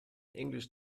englisch